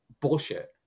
bullshit